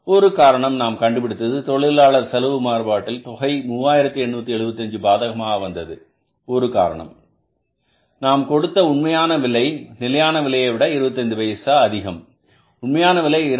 ஒரு காரணம் நாம் கண்டுபிடித்தது தொழிலாளர் செலவு மாறுபாட்டில் தொகை 3875 பாதகமாக வந்தது ஒரு காரணம் என்பது நாம் கொடுத்த உண்மையான விலை நிலையான விலையைவிட 25 பைசா அதிகம் உண்மையான விலை 2